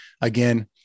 Again